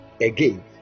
again